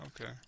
okay